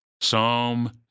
Psalm